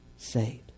saved